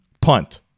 punt